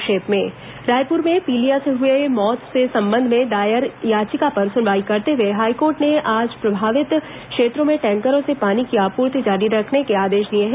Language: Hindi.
संक्षिप्त समाचार रायपुर में पीलिया से हुई मौत के संबंध में दायर याचिका पर सुनवाई करते हुए हाईकोर्ट ने आज प्रभावित क्षेत्रो में टैंकरों से पानी की आपूर्ति जारी रखने के आदेश दिए हैं